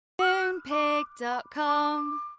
Moonpig.com